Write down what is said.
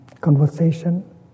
conversation